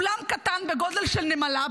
אולם קטן בגודל של נמלה,